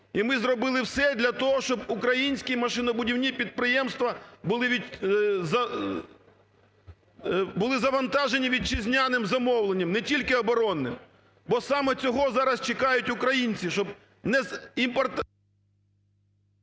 І ми зробили все для того, щоб українські машинобудівні підприємства були завантажені вітчизняним замовленням, не тільки оборонним. Бо саме цього зараз чекають українці, щоб… ГОЛОВУЮЧИЙ.